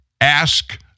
Ask